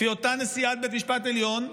לפי אותה נשיאת בית משפט עליון,